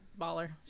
baller